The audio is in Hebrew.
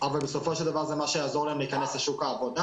אבל בסופו של דבר זה מה שיעזור להם להיכנס לשוק העבודה.